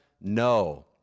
no